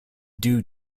due